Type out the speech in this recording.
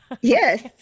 Yes